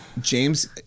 James